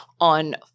on